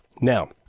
now